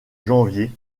janvier